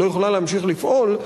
לא יכולה להמשיך לפעול,